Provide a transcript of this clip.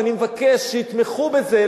ואני מבקש שיתמכו בזה.